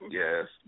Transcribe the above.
yes